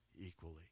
equally